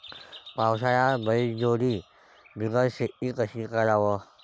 पावसाळ्यात बैलजोडी बिगर शेती कशी कराव?